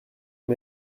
eux